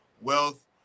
wealth